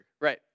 Right